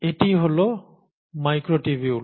এটিই হল মাইক্রোটিবিউল